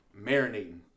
marinating